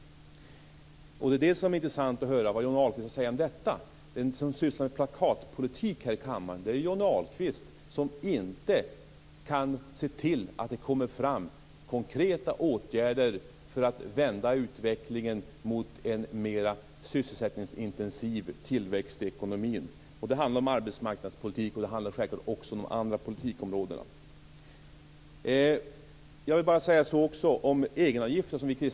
Det är intressant att höra vad Johnny Ahlqvist har att säga om detta. Den som sysslar med plakatpolitik här i kammaren är ju Johnny Ahlqvist, som inte kan se till att det kommer fram konkreta åtgärder för att vända utvecklingen mot en mer sysselsättningsintensiv tillväxt i ekonomin. Det handlar om arbetsmarknadspolitik, och det handlar självklart också om de andra politikområdena. Vi kristdemokrater säger att vi vill höja egenavgifterna.